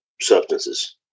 substances